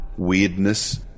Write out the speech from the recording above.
weirdness